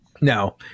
now